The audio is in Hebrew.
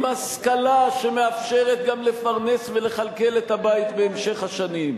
עם השכלה שמאפשרת גם לפרנס ולכלכל את הבית בהמשך השנים.